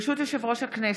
ברשות יושב-ראש הכנסת,